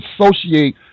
associate